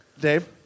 Dave